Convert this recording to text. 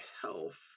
health